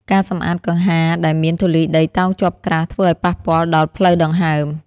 ការសម្អាតកង្ហារដែលមានធូលីដីតោងជាប់ក្រាស់ ធ្វើឱ្យប៉ះពាល់ដល់ផ្លូវដង្ហើម។